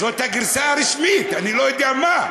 זאת הגרסה הרשמית, אני לא יודע מה.